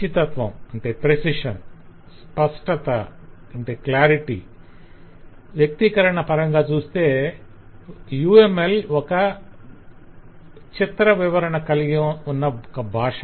కచ్చితత్వం స్పష్టత వ్యక్తీకరణ పరంగా చూస్తే UML ఒక చిత్రవివరణ కలిగి ఉన్న ఒక భాష